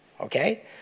okay